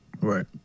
Right